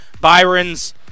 Byron's